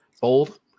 bold